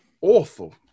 awful